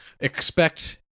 expect